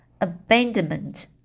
abandonment